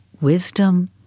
wisdom